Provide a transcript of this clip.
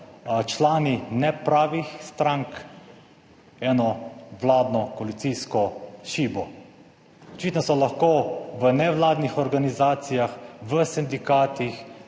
člani nepravih strank, eno vladno koalicijsko šibo. Očitno so lahko v nevladnih organizacijah, v sindikatih,